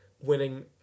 winning